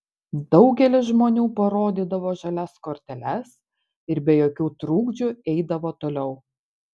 daugelis žmonių parodydavo žalias korteles ir be jokių trukdžių eidavo toliau